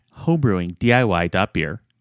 homebrewingdiy.beer